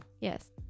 yes